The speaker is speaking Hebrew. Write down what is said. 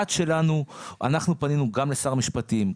אנחנו פנינו גם לשר המשפטים,